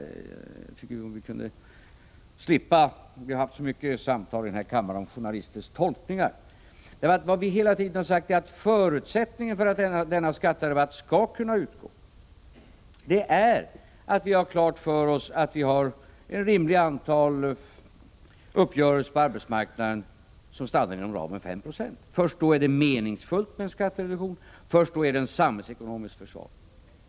Jag tycker att det vore bra om vi kunde slippa talet om journalisternas tolkningar, som vi har haft så många debatter om här i kammaren. Vad vi hela tiden har sagt är att förutsättningen för att denna skatterabatt skall kunna beviljas är att vi har klart för oss att vi har ett rimligt antal uppgörelser på arbetsmarknaden som stannar inom ramen för 5 90. Först då är det meningsfullt med en skattereduktion, först då är den samhällsekonomiskt försvarbar.